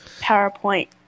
PowerPoint